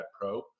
Pro